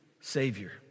savior